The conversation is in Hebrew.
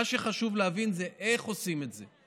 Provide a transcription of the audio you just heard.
מה שחשוב להבין זה איך עושים את זה.